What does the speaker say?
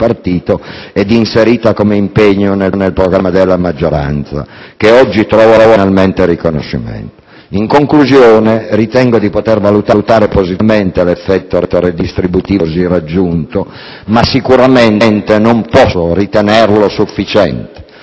ed inserita come impegno nel programma della maggioranza, che oggi trova finalmente riconoscimento. In conclusione, ritengo di poter valutare positivamente l'effetto redistributivo così raggiunto, ma sicuramente non posso ritenerlo sufficiente,